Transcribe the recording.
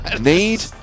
need